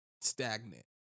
stagnant